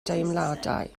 deimladau